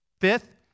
Fifth